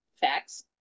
Facts